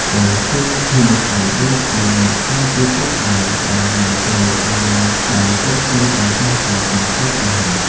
ចូរធ្វើខ្លួនឱ្យដូចជាអ្នកការពារគោលដៅ ដែលមិនត្រូវឱ្យបាល់ចូលទីដោយសារតែការធ្វេសប្រហែស។